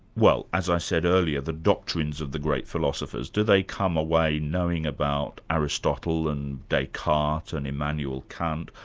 well, as i said earlier, the doctrines of the great philosophers, do they come away knowing about aristotle and descartes and immanuel kant,